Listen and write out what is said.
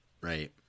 Right